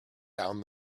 down